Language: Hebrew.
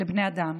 לבני אדם.